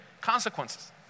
consequences